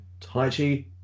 Taichi